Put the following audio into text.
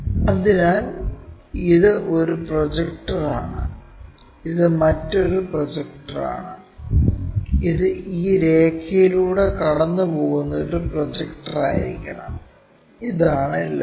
അതിനാൽ ഇത് ഒരു പ്രൊജക്ടറാണ് ഇത് മറ്റൊരു പ്രൊജക്ടറാണ് ഇത് ഈ രേഖയിലൂടെ കടന്നുപോകുന്ന ഒരു പ്രൊജക്ടറായിരിക്കണം ഇതാണ് ലൈൻ